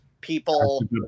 people